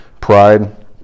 pride